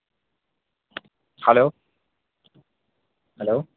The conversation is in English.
hello hello